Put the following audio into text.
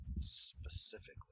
specifically